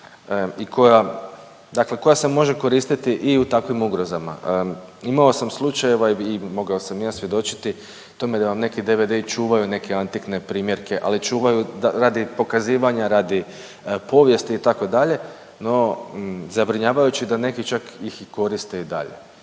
koja se može koristiti i u takvim ugrozama. Imao sam slučajeva i mogao sam ja svjedočiti tome da vam neki DVD-i čuvaju neke antikne primjerke, ali čuvaju radi pokazivanja, radi povijesti itd. No, zabrinjavajuće je da neki čak ih koriste i dalje.